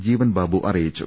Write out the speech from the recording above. ജീവൻബാബു അറി യിച്ചു